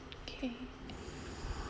okay